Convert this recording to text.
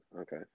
okay